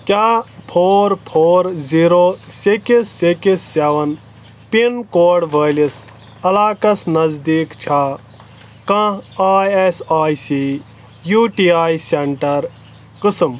کیٛاہ four four zero six six seven pin code وٲلِس علاقس نزدیٖک چھا کانٛہہ I S I C U T I centre قٕسم